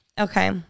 Okay